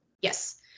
Yes